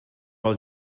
pel